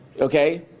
okay